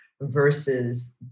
versus